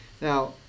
Now